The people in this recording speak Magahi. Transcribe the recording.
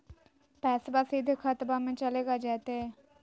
पैसाबा सीधे खतबा मे चलेगा जयते?